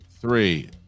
three